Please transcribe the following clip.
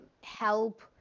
help